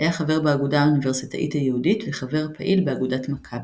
היה חבר ב"אגודה האוניברסיטאית" היהודית וחבר פעיל באגודת "מכבי".